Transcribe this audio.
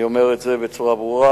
אני אומר את זה בצורה ברורה,